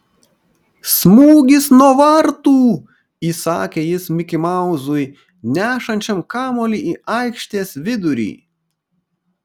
smūgis nuo vartų įsakė jis mikimauzui nešančiam kamuolį į aikštės vidurį